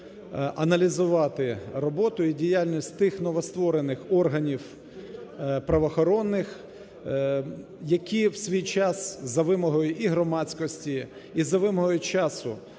аналізувати роботу і діяльність тих новостворених органів правоохоронних, які в свій час за вимогою і громадськості, і за вимогою часу